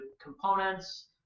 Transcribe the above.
components